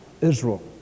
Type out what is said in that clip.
Israel